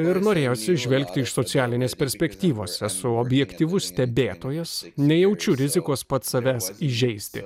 ir norėjosi žvelgti iš socialinės perspektyvos esu objektyvus stebėtojas nejaučiu rizikos pats savęs įžeisti